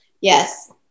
Yes